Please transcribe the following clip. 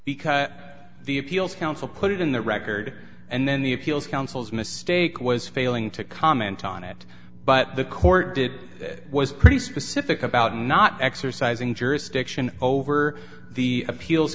because at the appeals counsel put it in the record and then the appeals counsel's mistake was failing to comment on it but the court did was pretty specific about not exercising jurisdiction over the appeals